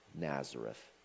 Nazareth